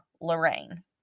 Lorraine